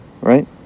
right